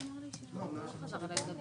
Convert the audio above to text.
אומרת שאתם לוקחים